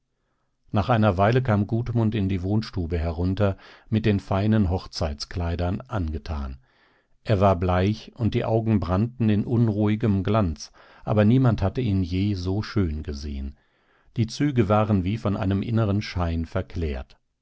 nach einer weile kam gudmund in die wohnstube herunter mit den feinen hochzeitskleidern angetan er war bleich und die augen brannten in unruhigem glanz aber niemand hatte ihn je so schön gesehen die züge waren wie von einem inneren schein verklärt